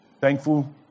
Thankful